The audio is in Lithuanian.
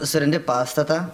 surandi pastatą